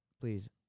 Please